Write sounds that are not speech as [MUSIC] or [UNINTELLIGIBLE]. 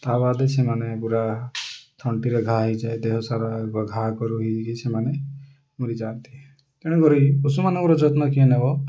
ତା ବାଦେ ସେମାନେ ପୁରା ଥଣ୍ଟିରେ ଘା ହୋଇଯାଏ ଦେହ ସାରା ଘା [UNINTELLIGIBLE] ହୋଇକି ସେମାନେ ମିରିଯାଆନ୍ତି ତେଣୁକରି ପଶୁମାନଙ୍କର ଯତ୍ନ କିଏ ନେବ